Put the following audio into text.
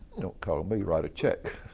don't call me, write a check.